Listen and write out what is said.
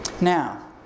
Now